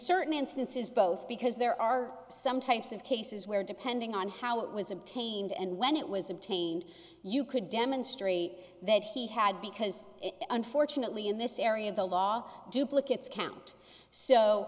certain instances both because there are some types of cases where depending on how it was obtained and when it was obtained you could demonstrate that he had because unfortunately in this area of the law duplicate scout so